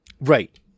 Right